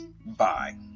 Bye